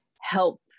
help